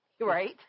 Right